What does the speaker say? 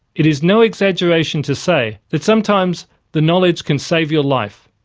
it is no exaggeration to say that sometimes the knowledge can save your life.